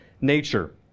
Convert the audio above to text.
nature